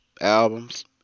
albums